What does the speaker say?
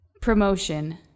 promotion